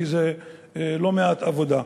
כי זה לא מעט עבודה.